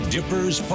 Dippers